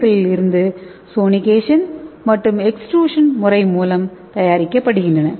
we களில் இருந்து sonication அல்லது எக்ஸ்ட்ரூஷன் முறை மூலம் தயாரிக்கப்படுகின்றன